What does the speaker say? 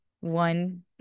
one